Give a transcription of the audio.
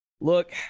Look